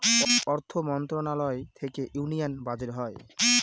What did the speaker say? অর্থ মন্ত্রণালয় থেকে ইউনিয়ান বাজেট হয়